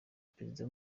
perezida